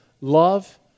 Love